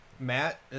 Matt